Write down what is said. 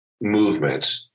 movement